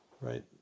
Right